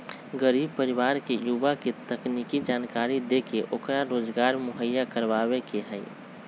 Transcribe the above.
गरीब परिवार के युवा के तकनीकी जानकरी देके ओकरा रोजगार मुहैया करवावे के हई